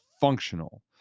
functional